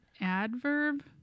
adverb